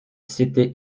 s’était